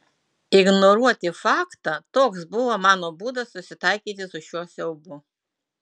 ignoruoti faktą toks buvo mano būdas susitaikyti su šiuo siaubu